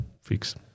fix